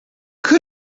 could